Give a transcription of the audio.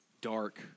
dark